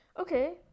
Okay